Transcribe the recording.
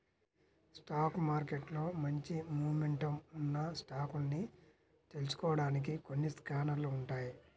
stock మార్కెట్లో మంచి momentum ఉన్న స్టాకుల్ని తెలుసుకోడానికి కొన్ని స్కానర్లు ఉంటాయ్